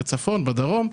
כאמור, בצפון, בדרום.